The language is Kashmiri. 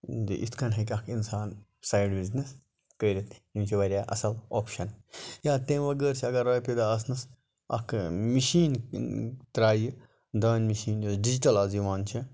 یِتھ کنۍ ہیٚکہِ اکھ اِنسان سایِڈ بِزنِس کٔرِتھ یِم چھِ واریاہ اصل آپشَن یا تمہِ بَغٲر چھ اگر رۄپیہِ داہہ آسنَس اکھ مِشیٖن ترایہِ دانہ مِشیٖن یۄس ڈِجٹَل آز یِوان چھِ